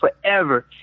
forever